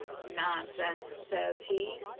nonsense, says he.